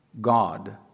God